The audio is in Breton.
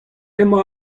emañ